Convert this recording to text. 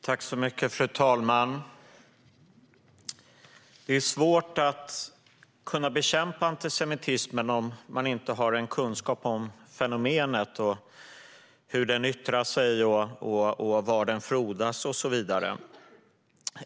Fru talman! Det är svårt att bekämpa antisemitismen om man inte har kunskap om fenomenet, hur den yttrar sig, var den frodas och så vidare.